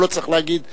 הוא לא צריך להגיד דבר.